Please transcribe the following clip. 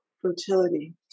fertility